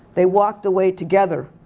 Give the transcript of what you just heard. they walked away together.